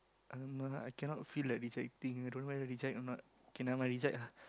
!alamak! I cannot feel like rejecting I don't know whether reject or not okay never mind reject lah